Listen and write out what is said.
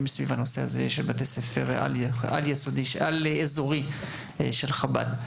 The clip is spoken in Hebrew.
סביב הנושא הזה של בתי ספר על-אזוריים של חב"ד.